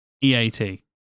EAT